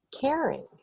caring